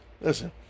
Listen